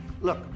Look